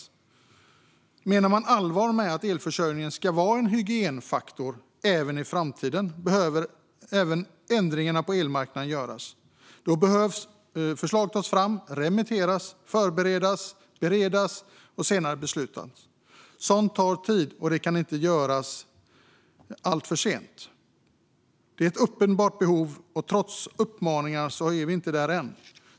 Menar man allvar med att elförsörjning ska vara en hygienfaktor även i framtiden behöver även ändringar göras på elmarknaden. Då behöver förslag tas fram, remitteras, förberedas, beredas och senare beslutas. Sådant tar tid, och det kan inte göras alltför sent. Det finns ett uppenbart behov, och trots uppmaningar är vi inte där än.